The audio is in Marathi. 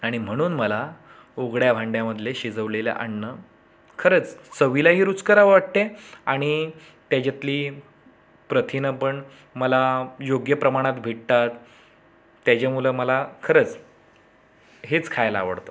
आणि म्हणून मला उघड्या भांड्यामधले शिजवलेलं अन्न खरंच चवीलाही रुचकर वाटते आणि त्याच्यातली प्रथिनं पण मला योग्य प्रमाणात भेटतात त्याच्यामुळं मला खरंच हेच खायला आवडतं